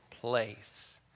place